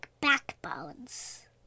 backbones